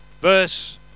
Verse